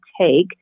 take